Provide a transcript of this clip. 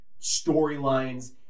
storylines